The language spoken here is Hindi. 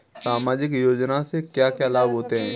सामाजिक योजना से क्या क्या लाभ होते हैं?